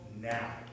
now